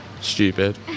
Stupid